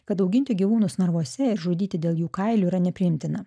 kad auginti gyvūnus narvuose ir žudyti dėl jų kailio yra nepriimtina